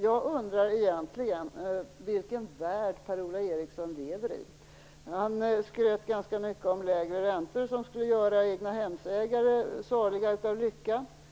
Jag undrar faktiskt vilken värld Per-Ola Eriksson lever i. Han skröt ganska mycket om lägre räntor som skulle göra egnahemsägare saliga av lycka.